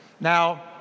Now